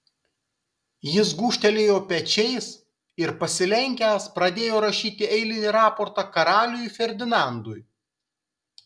jis gūžtelėjo pečiais ir pasilenkęs pradėjo rašyti eilinį raportą karaliui ferdinandui